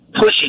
push